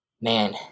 man